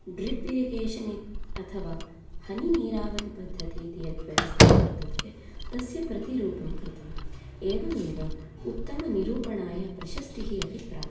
drip irrigation इत् अथवा हानिनिरावरिपद्धतिः इति यद्व्यवस्था वर्तते तस्य प्रतिरूपम् कृतम् एवमेव उत्तम निरूपणाय प्रशस्तिः अपि प्राप्तः